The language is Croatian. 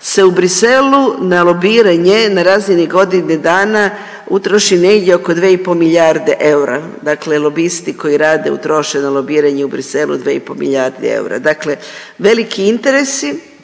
se u Bruxellesu na lobiranje na razini godine dana utroši negdje oko 2,5 milijarde eura. Dakle lobisti koji rade utroše na lobiranje u Bruxellesu 2,5 milijarde eura. Dakle veliki interesi,